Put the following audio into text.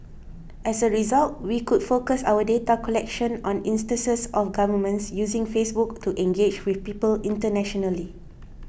as a result we could focus our data collection on instances of governments using Facebook to engage with people internationally